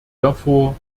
davor